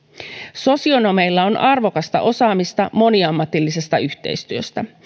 sosionomeilla on arvokasta osaamista moniammatillisesta yhteistyöstä